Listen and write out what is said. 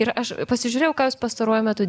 ir aš pasižiūrėjau kas jūs pastaruoju metu